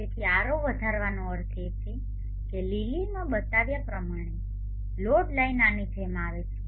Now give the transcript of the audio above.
તેથી R0 વધારવાનો અર્થ છે કે લીલી માં બતાવ્યા પ્રમાણે લોડ લાઇન આની જેમ આવે છે